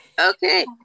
okay